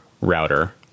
router